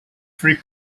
free